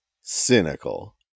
cynical